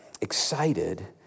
excited